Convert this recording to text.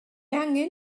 angen